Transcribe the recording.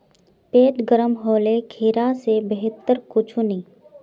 पेट गर्म होले खीरा स बेहतर कुछू नी